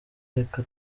reka